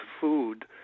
food